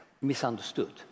misunderstood